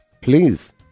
Please